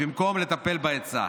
במקום לטפל בהיצע.